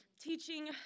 teaching